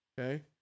okay